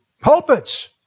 pulpits